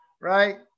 right